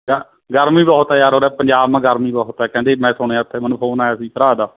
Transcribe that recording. ਗ ਗਰਮੀ ਬਹੁਤ ਹੈ ਯਾਰ ਉਰੇ ਪੰਜਾਬ ਮ ਗਰਮੀ ਬਹੁਤ ਆ ਕਹਿੰਦੇ ਮੈਂ ਸੁਣਿਆ ਉੱਥੇ ਮੈਨੂੰ ਫੋਨ ਆਇਆ ਸੀ ਭਰਾ ਦਾ